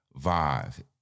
vibe